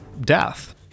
death